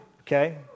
Okay